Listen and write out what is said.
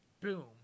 boom